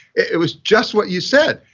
it was just what you said.